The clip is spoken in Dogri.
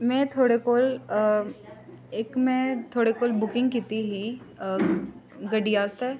में थुआढ़े कोल इक में थुआढ़े कोल बुकिंग कीती ही गड्डी आस्तै